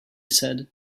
said